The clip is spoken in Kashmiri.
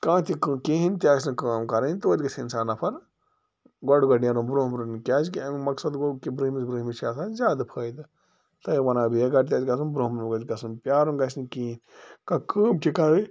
کانٛہہ تہِ کٲم کہیٖنۍ تہِ آسہِ نہٕ کٲم کَرٕنۍ توتہِ گژھہِ اِنسان نفر گۄڈٕ گۄڈٕ نیرُن برٛۄنٛہہ برٛۄنٛہہ نیرُن کیٛازِکہِ اَمیٛک مقصد گوٚو کہِ برٛونٛہمِس برٛونٛہمِس چھُ آسان زیادٕ فٲیدٕ تؤے وَنان اگر بےٚ گارِ تہِ آسہِ گژھُن برٛونٛہہ برٛونٛہہ گژھہِ گژھُن پیارُن گژھہِ نہٕ کِہیٖنۍ کانٛہہ کٲم چھِ کَرٕنۍ